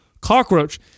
cockroach